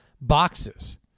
boxes